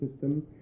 system